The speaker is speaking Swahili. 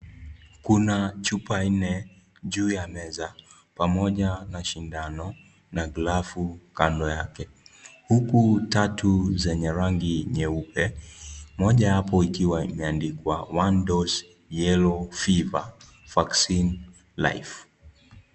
Kuna chupa nne juu ya meza pamoja na sindano na glavu kando yake . Huku tatu zenye rangi nyeupe moja hapo ikiwa imeandikwa one dose yello fever vaccine live .